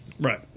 Right